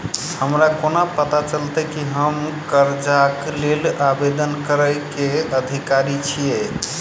हमरा कोना पता चलतै की हम करजाक लेल आवेदन करै केँ अधिकारी छियै?